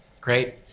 Great